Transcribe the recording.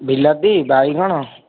ବିଲାତି ବାଇଗଣ